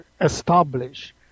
establish